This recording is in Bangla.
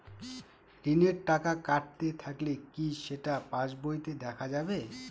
ঋণের টাকা কাটতে থাকলে কি সেটা পাসবইতে দেখা যাবে?